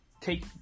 Take